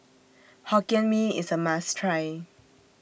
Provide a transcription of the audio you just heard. Hokkien Mee IS A must Try